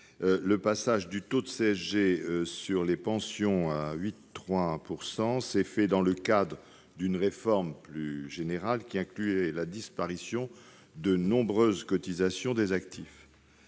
Le passage à 8,3 % du taux de CSG sur les pensions s'est fait dans le cadre d'une réforme plus générale incluant la disparition de nombreuses cotisations des actifs.